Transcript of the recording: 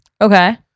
okay